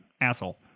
asshole